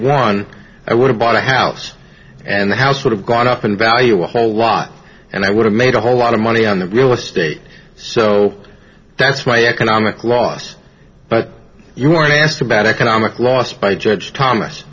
one i would have bought a house and the house would have gone up in value a whole lot and i would have made a whole lot of money on the real estate so that's why economic loss but you weren't asked about economic loss by judge thomas